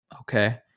okay